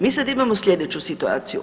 Mi sada imamo sljedeću situaciju.